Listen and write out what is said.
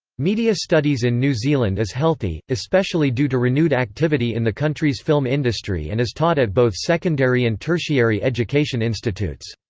media studies in new zealand is healthy, especially due to renewed activity in the country's film industry and is taught at both secondary and tertiary education institutes.